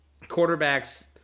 quarterbacks